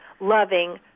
loving